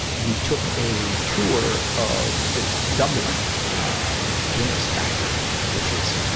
we took a tour of the dublin, ah, guinness factory, which is,